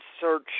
search